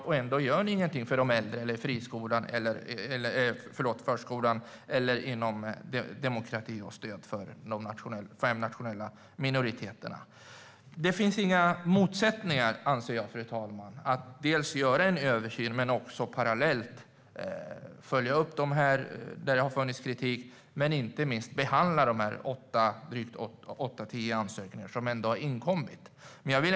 Hur kommer det sig att ni inte gör något för de äldre och förskolan vad gäller demokrati och stöd för de fem nationella minoriteterna? Fru talman! Det ligger ingen motsättning i att dels göra en översyn och följa upp där det har funnits kritik, dels behandla de åtta ansökningar som har inkommit.